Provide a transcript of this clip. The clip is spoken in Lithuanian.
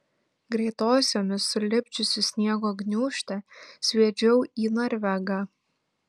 greitosiomis sulipdžiusi sniego gniūžtę sviedžiau į norvegą